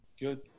Good